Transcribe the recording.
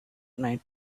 night